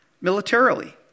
Militarily